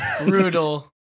Brutal